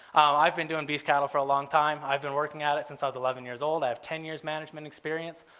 i've been doing beef cattle for a long time. i've been working at it since i was eleven years old, i have ten years management experience,